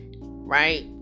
right